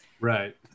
Right